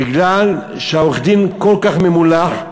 בגלל שעורך-הדין כל כך ממולח,